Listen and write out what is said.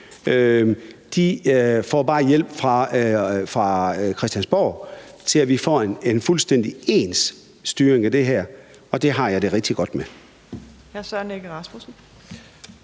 får bare hjælp fra Christiansborg til, at vi får en fuldstændig ens styring af det her, og det har jeg det rigtig godt med.